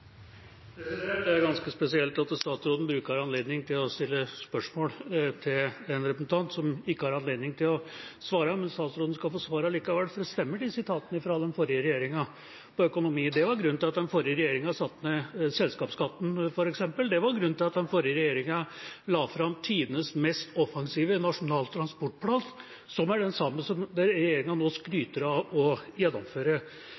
Det er ganske spesielt at statsråden bruker anledningen til å stille spørsmål til en representant som ikke har anledning til å svare, men statsråden skal få svar likevel. For de stemmer de sitatene fra den forrige regjeringen når det gjelder økonomi. Det var grunnen til at den forrige regjeringen satte ned selskapsskatten f.eks., det var grunnen til at den forrige regjeringen la fram tidenes mest offensive nasjonale transportplan, som er den samme som regjeringen nå